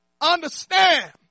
Understand